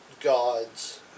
Gods